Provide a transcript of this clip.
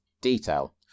detail